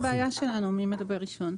שזאת תהיה הבעיה שלנו, מי מדבר ראשון.